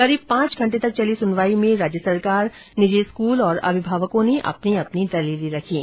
करीब पांच घंटे तक चली सुनवाई में राज्य सरकार निजी स्कूल और अभिभावकों ने अपनी अपनी दलीलें रखीं